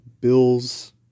Bills